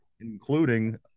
including